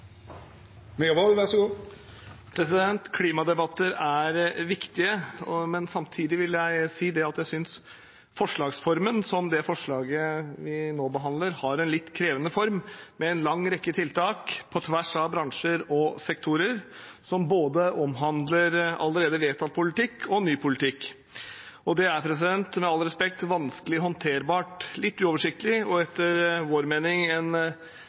Klimadebatter er viktige, men samtidig vil jeg si at jeg synes at forslaget vi nå behandler, har en litt krevende form, med en lang rekke tiltak på tvers av bransjer og sektorer, som omhandler både allerede vedtatt politikk og ny politikk. Det er – med all respekt – vanskelig å håndtere. Det er litt uoversiktlig og etter vår mening en